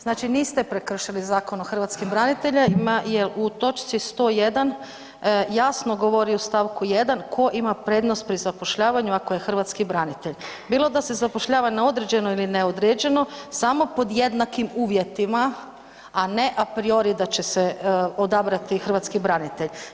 Znači, niste prekršili Zakon o hrvatskim braniteljima jel u točci 101. jasno govori o st. 1. ko ima prednost pri zapošljavanju ako je hrvatski branitelj, bilo da se zapošljava na određeno ili neodređeno samo pod jednakim uvjetima, a ne a priori da će se odabrati hrvatski branitelj.